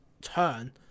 turn